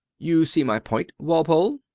you see my point, walpole?